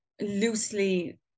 loosely